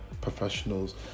professionals